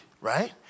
right